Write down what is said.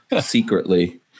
secretly